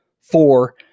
Four